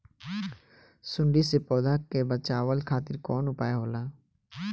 सुंडी से पौधा के बचावल खातिर कौन उपाय होला?